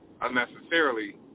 unnecessarily